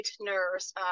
nurse